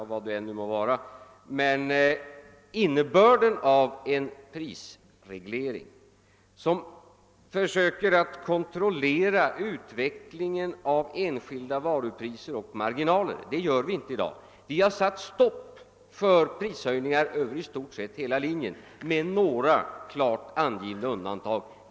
Vi försöker i dag inte kontrollera utvecklingen av enskilda varupriser och marginaler. Vi har satt stopp för prishöjningar över i stort sett hela linjen med några klart angivna undantag.